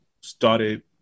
started